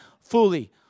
fully